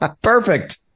perfect